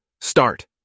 start